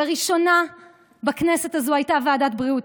לראשונה בכנסת הזו הייתה ועדת בריאות,